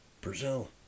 Brazil